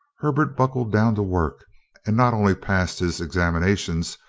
herbert buckled down to work and not only passed his examinations,